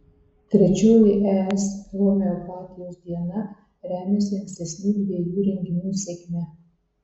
trečioji es homeopatijos diena remiasi ankstesnių dviejų renginių sėkme